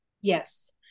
yes